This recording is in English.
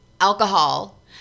alcohol